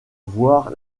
voir